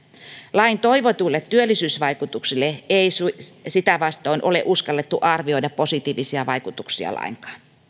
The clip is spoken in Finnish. lain toivotuille työllisyysvaikutuksille ei sitä vastoin ole uskallettu arvioida positiivisia vaikutuksia lainkaan